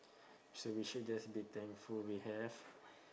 so we should just be thankful we have